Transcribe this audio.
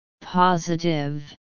Positive